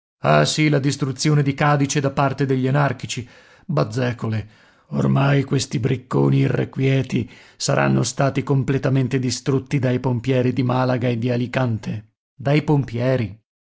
ah sì la distruzione di cadice da parte degli anarchici bazzecole ormai questi bricconi irrequieti saranno stati completamente distrutti dai pompieri di malaga e di alicante dai pompieri